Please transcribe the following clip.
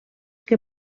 que